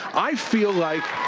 i feel like.